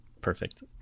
Perfect